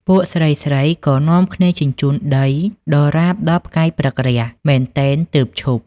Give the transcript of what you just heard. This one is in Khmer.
ពួកស្រីៗក៏នាំគ្នាជញ្ជូនដីដរាបដល់ផ្កាយព្រឹករះ មែនទែនទើបឈប់។